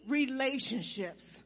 relationships